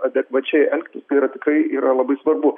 adekvačiai elgtis tai yra tikrai yra labai svarbu